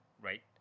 right